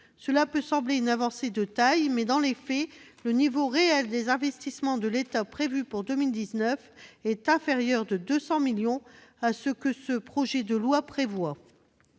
Cela peut sembler une avancée de taille, mais, dans les faits, le montant réel des investissements de l'État prévu pour 2019 est inférieur de 200 millions à celui que comporte ce projet